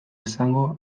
esango